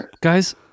guys